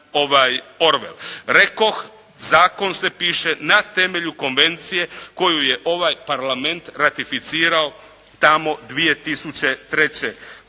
Rekoh, zakon se piše na temelju konvencije koju je ovaj Parlament ratificirao tamo 2003. godine